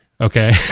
okay